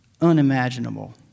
unimaginable